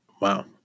Wow